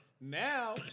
Now